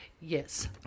Yes